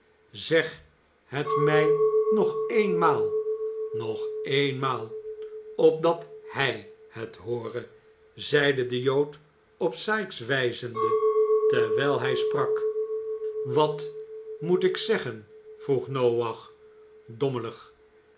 zeg het mij nog eenmaal nog eenmaal opdat h ij het hoore zeide de jood op sikes wijzende terwijl hij sprak wat moet ik zeggen vroeg noach dommelig